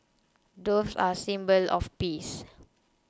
doves are a symbol of peace